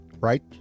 right